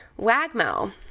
Wagmo